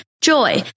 Joy